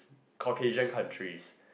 Caucasian countries